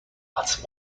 once